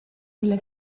illa